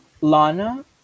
Lana